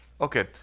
Okay